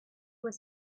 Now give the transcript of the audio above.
was